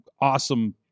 awesome